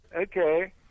Okay